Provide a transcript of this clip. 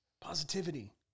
positivity